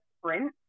sprint